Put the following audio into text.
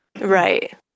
Right